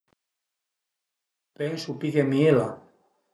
Pensu pi che mila